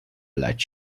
let